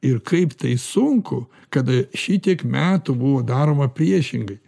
ir kaip tai sunku kada šitiek metų buvo daroma priešingai